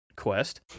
Quest